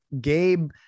Gabe